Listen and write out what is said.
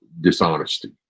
dishonesty